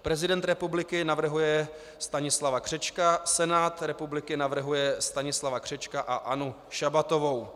Prezident republiky navrhuje Stanislava Křečka, Senát republiky navrhuje Stanislava Křečka a Annu Šabatovou.